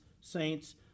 saints